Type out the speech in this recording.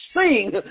sing